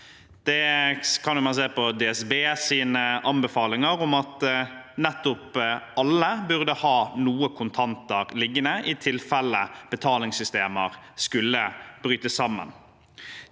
Det kan man se på DSBs anbefalinger om at alle nettopp burde ha noe kontanter liggende i tilfelle betalingssystemer skulle bryte sammen.